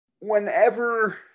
whenever